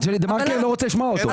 אבל דה-מרקר לא רוצה לשמוע אותו.